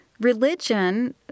Religion